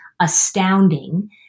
astounding